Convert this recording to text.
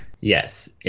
Yes